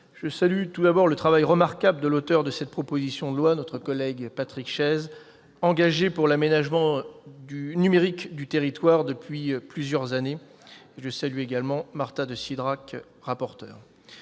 je salue tout d'abord le travail remarquable de l'auteur de cette proposition de loi, notre collègue Patrick Chaize, engagé pour l'aménagement numérique du territoire depuis déjà plusieurs années, ainsi que Marta de Cidrac, rapporteur.